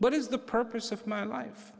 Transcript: what is the purpose of my life